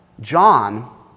John